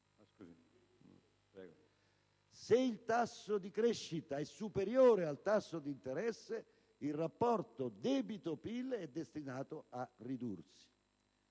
Se il tasso di crescita è superiore al tasso di interesse, il rapporto tra debito e PIL è invece destinato a ridursi.